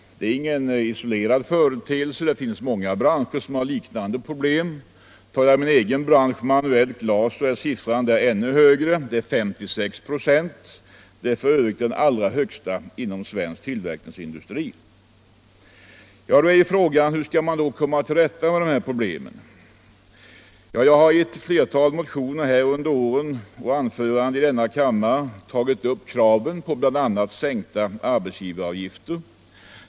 Det är ingen isolerad företeelse. Det finns många branscher som har liknande problem. I min egen bransch, manuellt glas, är siffran ännu högre, 56 96 — f.ö. den allra högsta inom svensk tillverkningsindustri. Frågan är hur man skall komma till rätta med dessa problem. Jag har i ett flertal motioner under året och i anföranden i denna kammare tagit upp krav på bl.a. sänkta arbetsgivaravgifter.